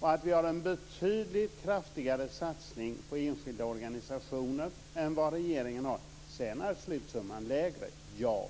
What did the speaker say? Vi har också en betydligt kraftigare satsning på enskilda organisationer än vad regeringen har. Sedan är slutsumman lägre - ja.